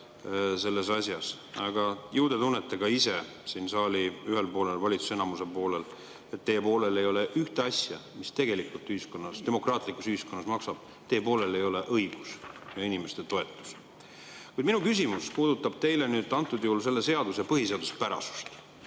selles asjas. Aga ju te tunnetate ka ise siin saali ühel poolel – valitsuse, enamuse poolel –, et teie poolel ei ole ühte asja, mis tegelikult ühiskonnas, demokraatlikus ühiskonnas maksab: teie poolel pole õigus ja teil pole inimeste toetust. Minu küsimus teile puudutab selle seaduse põhiseaduspärasust.